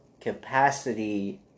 capacity